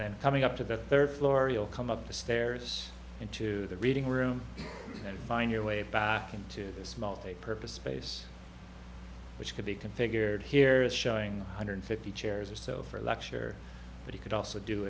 then coming up to the third floor you'll come up the stairs into the reading room and find your way back into this multipurpose space which could be configured here is showing a hundred fifty chairs or so for a lecture but you could also do